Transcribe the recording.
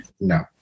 No